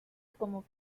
como